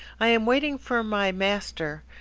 i am waiting for my master,